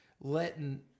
letting –